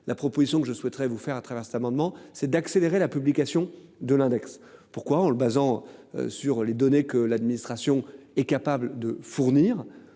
La proposition que je souhaiterais vous faire à travers cet amendement c'est d'accélérer la publication de l'index, pourquoi en le basant sur les données que l'administration est capable de fournir